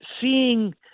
seeing